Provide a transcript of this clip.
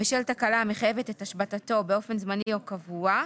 בשל תקלה המחייבת את השבתתו באופן זמני או קבוע,